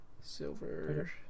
Silver